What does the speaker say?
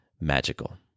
magical